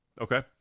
Okay